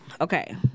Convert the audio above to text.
Okay